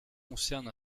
concerne